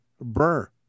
Burr